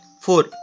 Four